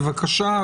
בבקשה,